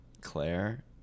Claire